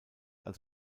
als